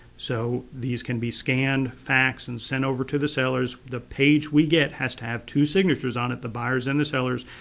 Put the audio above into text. so these can be scanned, faxed and sent over to the sellers. the page we get has to have two signatures on it, the buyers and the sellers.